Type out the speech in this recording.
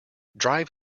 drive